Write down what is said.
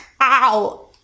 ow